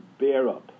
Bearup